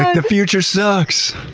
the future sucks!